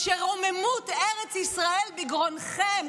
שרוממות ארץ ישראל בגרונכם,